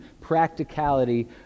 practicality